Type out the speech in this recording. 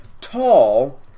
tall